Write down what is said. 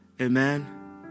Amen